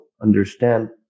understand